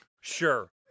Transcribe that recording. Sure